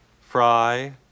Fry